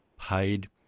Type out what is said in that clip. paid